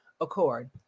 accord